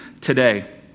today